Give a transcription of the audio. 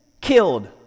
killed